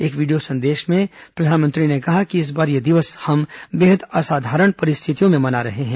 एक वीडियो संदेश में प्रधानमंत्री ने कहा कि इस बार यह दिवस हम बेहद असामान्य परिस्थितियों में मना रहे हैं